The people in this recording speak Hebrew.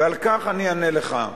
ועל כך אני אענה לך: